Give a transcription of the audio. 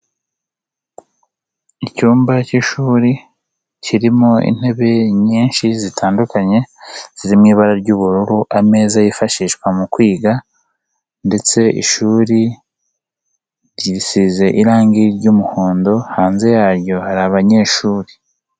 Icyumba cy'ishuri kirimo intebe nyinshi zitandukanye ziri mu ibara ry'ubururu, ameza yifashishwa mu kwiga, ndetse ishuri riisize irangi ry'umuhondo, hanze yaryo hari abanyeshuri.